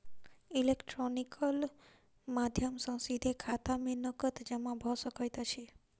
electronical माध्यम सॅ सीधे खाता में नकद जमा भ सकैत अछि